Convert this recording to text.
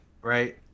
right